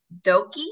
Doki